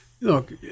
Look